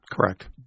Correct